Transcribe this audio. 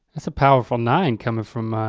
that's a powerful nine coming from